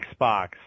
Xbox